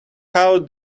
how